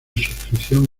suscripción